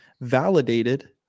validated